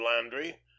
landry